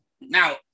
Now